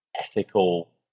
ethical